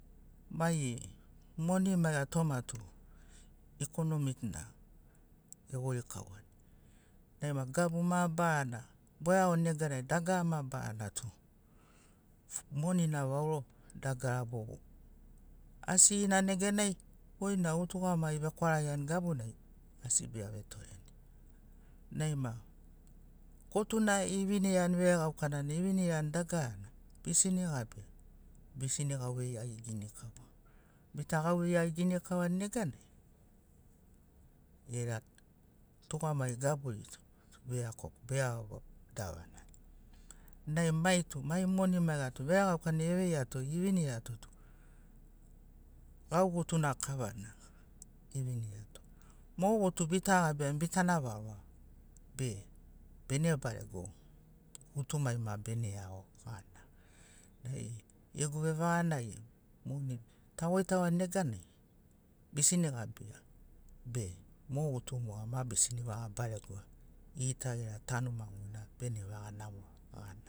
Eagoni geri numa baranai getanuni bena goi getugarekwamuni next eleksin ma eagomanini vau goi uramuna ma eraga genogoini sena goi asi tavetugamanini asi maki taribani gema gofarani mo evini maranarato be tagabini tagabini mogo gena lakava asi ta tugamagiani moga murinai vau mamina tagabiani be dei gena dika